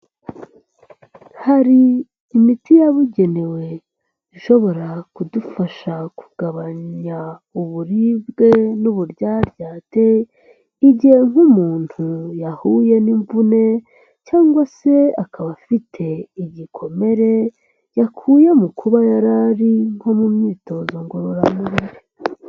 Hari imiti yabugenewe ishobora kudufasha kugabanya uburibwe n'uburyaryate, igihe nk'umuntu yahuye n'imvune cyangwa se akaba afite igikomere, yakuye mu kuba yari ari nko mu myitozo ngororamubiri.